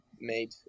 made